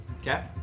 Okay